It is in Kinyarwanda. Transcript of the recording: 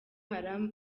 haram